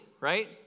right